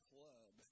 Club